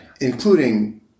Including